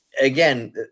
again